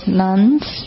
nuns